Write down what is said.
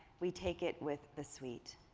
we take it with the sweet.